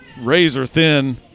razor-thin